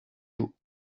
jours